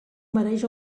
mereix